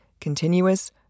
continuous